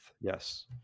Yes